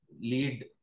lead